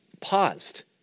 paused